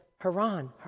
Haran